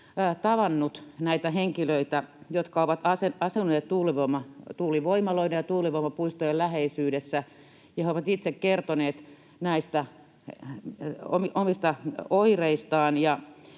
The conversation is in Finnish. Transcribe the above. tavannut näitä henkilöitä, jotka ovat asuneet tuulivoimaloiden ja tuulivoimapuistojen läheisyydessä, ja he ovat itse kertoneet näistä omista oireistaan,